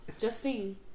Justine